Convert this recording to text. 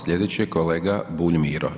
Slijedeći je kolega Bulj Miro.